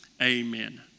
Amen